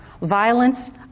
violence